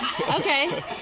Okay